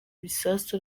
bisasu